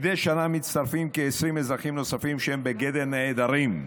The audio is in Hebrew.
מדי שנה מצטרפים כ-20 אזרחים נוספים שהם בגדר נעדרים.